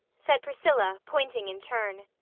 said priscilla, pointing in turn.